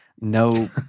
no